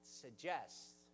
suggests